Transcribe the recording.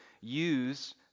use